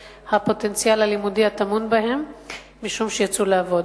הפוטנציאל הלימודי הטמון בהם משום שיצאו לעבוד.